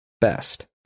Best